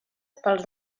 pels